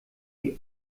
die